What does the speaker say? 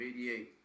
88